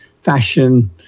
fashion